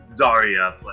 Zarya